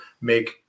make